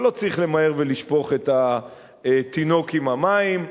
לא צריך למהר ולשפוך את התינוק עם המים.